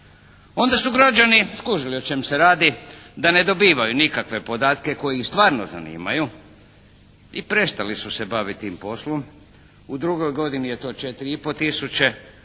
Onda su građani skužili o čemu se radi, da ne dobivaju nikakve podatke koji ih zanimaju i prestali su se baviti tim poslom. U drugoj godini je to 4,5 tisuće,